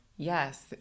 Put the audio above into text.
Yes